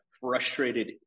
frustrated